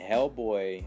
Hellboy